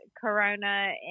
corona